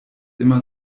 immer